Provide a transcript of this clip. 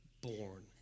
born